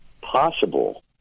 possible